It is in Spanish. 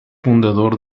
fundador